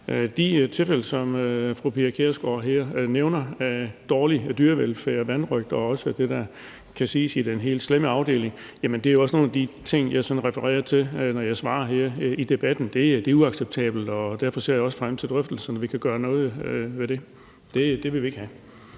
De tilfælde, som fru Pia Kjærsgaard her nævner, om dårlig dyrevelfærd, vanrøgt og også det, der kan siges at være i den helt slemme afdeling, er jo også nogle af de ting, jeg sådan refererer til, når jeg svarer her i debatten. Det er uacceptabelt, og derfor ser jeg også frem til drøftelserne, så vi kan gøre noget ved det. Det vil vi ikke have.